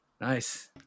Nice